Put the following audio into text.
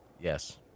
Yes